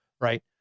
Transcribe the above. right